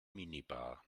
minibar